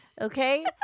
Okay